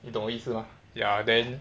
你懂我意思吗 ya then